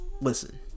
listen